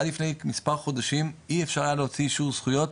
עד לפני מספר חודשים אי אפשר היה להוציא אישור זכויות,